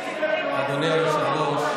אדוני היושב-ראש,